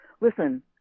listen